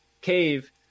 cave